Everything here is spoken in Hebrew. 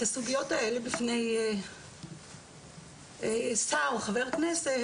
את הסוגיות האלה בפני שר או חבר כנסת,